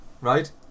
right